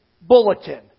bulletin